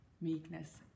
meekness